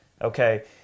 okay